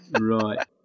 Right